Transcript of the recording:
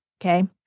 okay